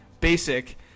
basic